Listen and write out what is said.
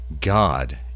God